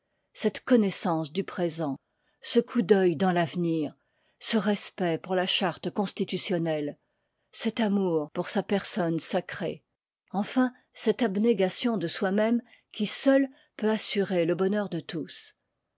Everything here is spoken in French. cette connoissance du présent ce coup d'œil dans l'avenir ce respect pour la charte constitutionnelle cet amour pour sa personne sacrée enfin cefte liv i abnégation de soi-même qui seule peut assurer le bonheur de tous